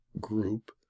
Group